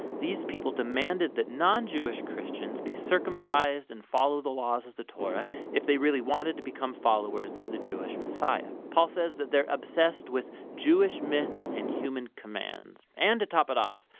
these people demanded that non-jewish christians be circumsized and follow the laws of the torah if they really wanted to become followers of the jewish messiah. paul says that they are obsessed with jewish myths and human commands. and to top it off,